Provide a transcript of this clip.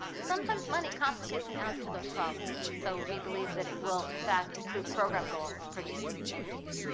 sometimes money complicates and adds to those problems. and so, we believe that it will, in fact, improve program goals for these entities.